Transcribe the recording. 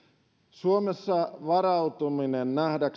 suomessa varautuminen